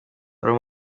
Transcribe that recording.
wari